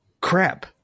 crap